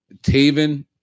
Taven